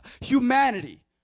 humanity